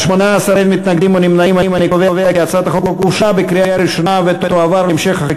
ההצעה להעביר את הצעת חוק להעמקת גביית המסים והגברת האכיפה (אמצעים